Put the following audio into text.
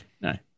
No